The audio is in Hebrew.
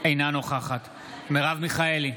אינה נוכחת מרב מיכאלי,